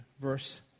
verse